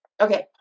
Okay